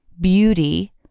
beauty